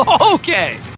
Okay